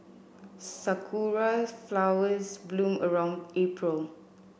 sakura flowers bloom around April